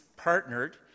partnered